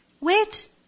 Wait